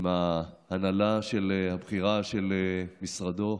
עם ההנהלה הבכירה של משרדו,